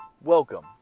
Welcome